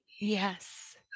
yes